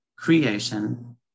Creation